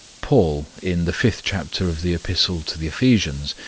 paul, in the fifth chapter of the epistle to the ephesians,